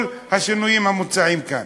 מכל השינויים המוצעים כאן.